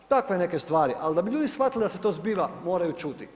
Takve neke stvari, ali da bi ljudi shvatili da se to zbiva, moraju čuti.